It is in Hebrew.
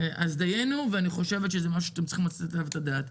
דיינו וזה משהו שאתם צריך לשים עליו את הדעת.